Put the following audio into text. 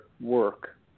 work